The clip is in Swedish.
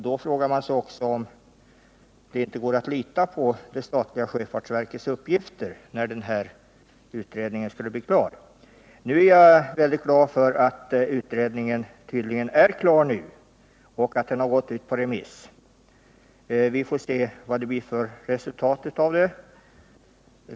Då frågar man sig också om det inte går att lita på det statliga sjöfartsverkets uppgifter om när utredningen skulle bli klar. Nu är jag mycket glad för att utredningen tydligen är klar och att den har gått ut på remiss. Vi får se vilket resultatet blir.